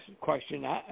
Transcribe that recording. question